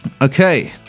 Okay